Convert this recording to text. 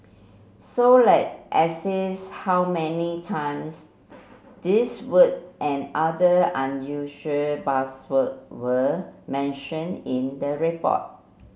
so let assess how many times these word and other unusual buzzword were mentioned in the report